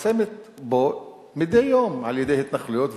מכרסמת בו מדי יום על-ידי התנחלויות,